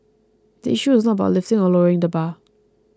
the issue is not about lifting or lowering the bar